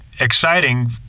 exciting